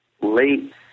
late